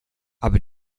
aber